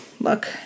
look